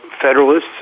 Federalists